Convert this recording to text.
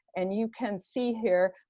and you can see here,